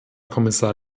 kommissar